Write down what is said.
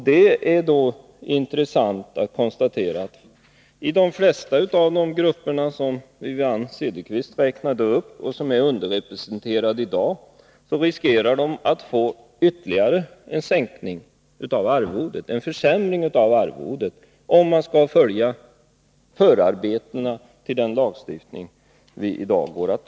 Det är intressant att konstatera, att de flesta grupper som Wivi-Anne Cederqvist räknade upp och som i dag är underrepresenterade riskerar att få en ytterligare sänkning av arvodet — om man skall följa förarbetena till den lagstiftning vi i dag skall anta.